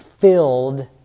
filled